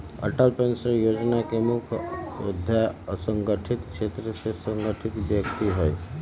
Atal pension जोजना के मुख्य ध्यान असंगठित क्षेत्र से संबंधित व्यक्ति हइ